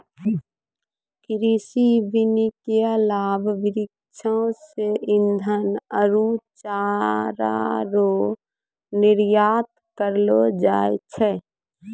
कृषि वानिकी लाभ वृक्षो से ईधन आरु चारा रो निर्यात करलो जाय छै